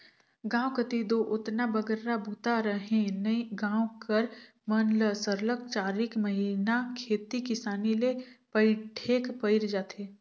गाँव कती दो ओतना बगरा बूता रहें नई गाँव कर मन ल सरलग चारिक महिना खेती किसानी ले पइठेक पइर जाथे